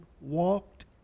walked